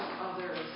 others